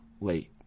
Late